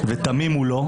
ותמים הוא לא.